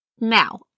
Now